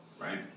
right